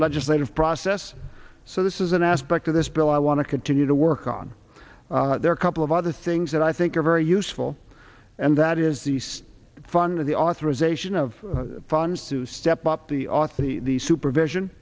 legislative process so this is an aspect of this bill i want to continue to work on their couple of other things that i think are very useful and that is these funding the authorization of funds to step up the author the supervision